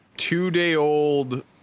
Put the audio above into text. Two-day-old